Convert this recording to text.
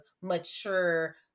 mature